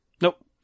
Nope